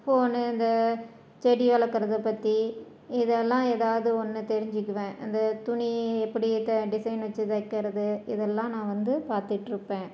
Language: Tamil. ஃபோன் இந்த செடி வளர்க்குறத பற்றி இதெல்லாம் ஏதாவது ஒன்று தெரிஞ்சுக்குவேன் அந்த துணி எப்படி த டிசைன் வச்சு தைக்கிறது இதெல்லாம் நான் வந்து பார்த்துட்ருப்பேன்